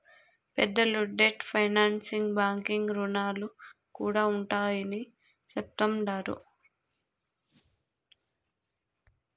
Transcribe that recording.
పెద్దలు debt financing బాంకీ రుణాలు కూడా ఉండాయని చెప్తండారు